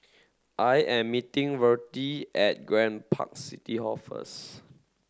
I am meeting Vertie at Grand Park City Hall first